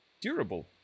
durable